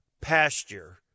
pasture